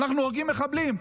אנחנו הורגים מחבלים.